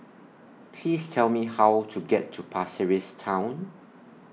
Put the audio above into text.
Please Tell Me How to get to Pasir Ris Town